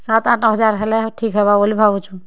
ସାତ୍ ଆଠ୍ ହଜାର୍ ହେଲେ ଠିକ୍ ହେବା ବୋଲି ଭାବୁଚୁ